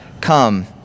come